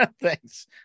thanks